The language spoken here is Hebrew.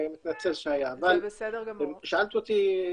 שאלת אותי,